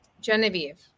Genevieve